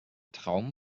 traum